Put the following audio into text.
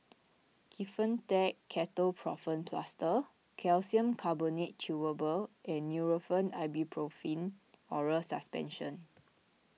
Kefentech Ketoprofen Plaster Calcium Carbonate Chewable and Nurofen Ibuprofen Oral Suspension